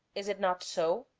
is it not so?